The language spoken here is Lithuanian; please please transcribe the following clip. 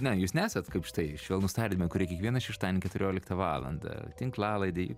na jūs nesat kaip štai švelnūs tardymai kurie kiekvieną šeštadienį keturioliktą valandą tinklalaidėj